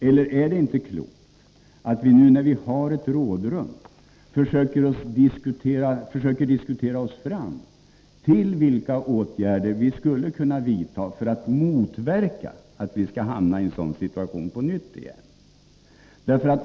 Eller är det inte klokt att vi nu, när vi har ett rådrum, försöker diskutera oss fram till vilka åtgärder vi skulle kunna vidta för att motverka att vi på nytt hamnar i en sådan siutation?